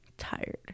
tired